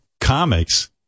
comics